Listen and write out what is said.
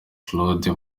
claude